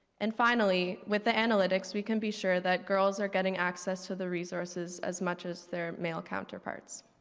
and finally, with the analytics, we can be sure that girls are getting access to the resources as much as their male counterparts.